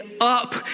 up